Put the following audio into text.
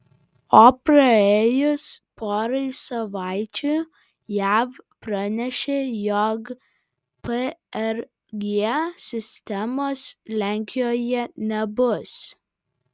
o praėjus porai savaičių jav pranešė jog prg sistemos lenkijoje nebus